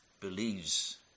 believes